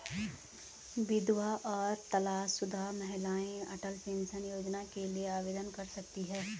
विधवा और तलाकशुदा महिलाएं अटल पेंशन योजना के लिए आवेदन कर सकती हैं